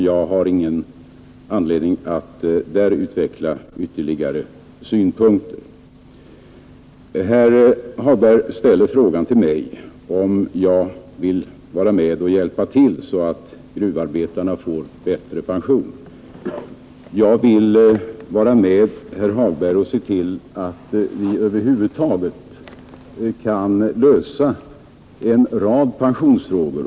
Jag har ingen anledning att här utveckla ytterligare synpunkter. Herr Hagberg ställer frågan till mig, om jag vill vara med och hjälpa gruvarbetarna att få bättre pension. Jag vill, herr Hagberg, vara med och se till att vi över huvud taget kan lösa en rad pensionsfrågor.